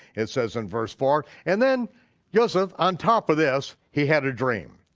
it says in verse four. and then joseph, on top of this, he had a dream.